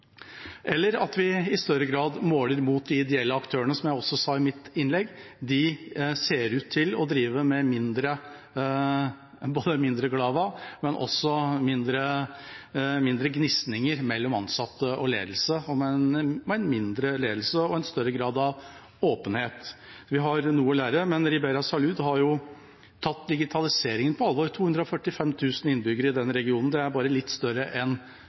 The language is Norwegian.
eller at vi i større grad måler mot de ideelle aktørene. Som jeg også sa i mitt innlegg: De ser ut til å drive med mindre «glava», men også mindre gnisninger mellom ansatte og ledelse, og med en mindre ledelse og større grad av åpenhet. Så vi har noe å lære. Ribera Salud har tatt digitaliseringen på alvor. Det er 245 000 innbyggere i den regionen – bare litt større enn